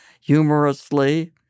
humorously